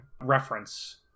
reference